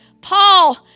Paul